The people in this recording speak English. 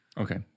Okay